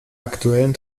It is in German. aktuellen